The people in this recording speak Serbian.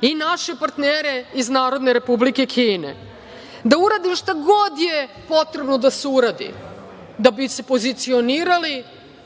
i naše partnere iz Narodne Republike Kine, da uradi šta god je potrebno da se uradi da bi se pozicionirali